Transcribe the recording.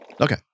Okay